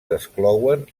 desclouen